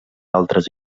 altres